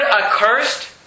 accursed